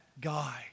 guy